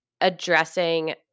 addressing